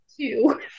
two